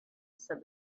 said